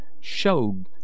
showed